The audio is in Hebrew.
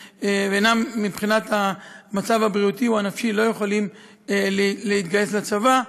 שמבחינת המצב הבריאותי או הנפשי לא יכולים להתגייס לצבא,